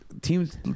Teams